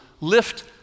lift